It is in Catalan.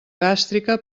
gàstrica